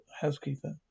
housekeeper